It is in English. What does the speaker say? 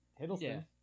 Hiddleston